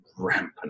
rampant